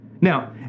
Now